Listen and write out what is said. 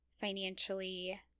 financially